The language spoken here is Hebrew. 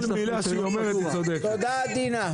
תודה עדינה.